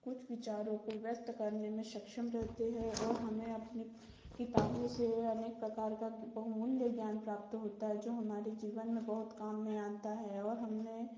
कुछ विचारों को व्यक्त करने में सक्षम रहते हैं और हमें अपनी किताबों से अनेक प्रकार का बहुमूल्य ज्ञान प्राप्त होता है जो हमारे जीवन में बहुत काम में आता है और हमने